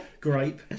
grape